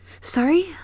Sorry